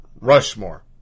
Rushmore